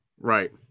Right